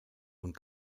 und